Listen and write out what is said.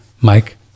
Mike